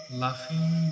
laughing